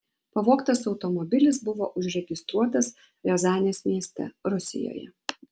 pavogtas automobilis buvo užregistruotas riazanės mieste rusijoje